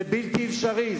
זה בלתי אפשרי.